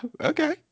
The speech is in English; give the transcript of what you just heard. okay